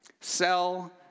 Sell